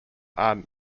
are